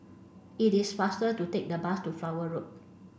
it is faster to take the bus to Flower Road